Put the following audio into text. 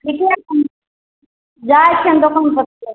ठीके छनि जाइ छियनि दोकान पर